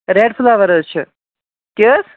red flower حظ چھِ کیٛاہ حظ